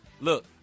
Look